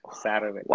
Saturday